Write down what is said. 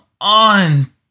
on